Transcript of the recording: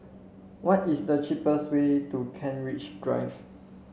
what is the cheapest way to Kent Ridge Drive